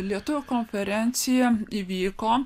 lietuvių konferencija įvyko